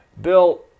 Bill